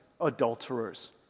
adulterers